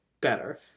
better